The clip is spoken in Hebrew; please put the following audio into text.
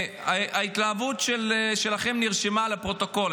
ההתלהבות שלכם נרשמה לפרוטוקול.